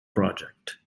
project